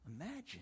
Imagine